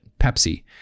Pepsi